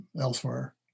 elsewhere